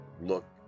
look